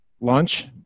Lunch